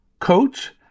coach